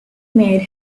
made